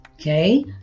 okay